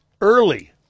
early